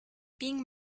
being